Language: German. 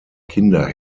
kinder